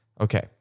Okay